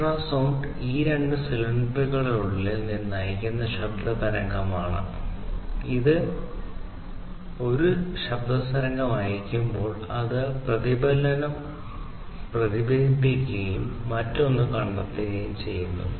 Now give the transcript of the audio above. ultrasound ഈ രണ്ട് സിലിണ്ടറുകളിലൊന്നിൽ നിന്ന് അയയ്ക്കുന്ന ശബ്ദ തരംഗം ആണ് ഒരു സിലിണ്ടർ ശബ്ദ സിഗ്നൽ അയയ്ക്കുമ്പോൾ അത് ആ പ്രതിബന്ധം പ്രതിഫലിപ്പിക്കുകയും മറ്റൊന്ന് കണ്ടെത്തുകയും ചെയ്യുന്നു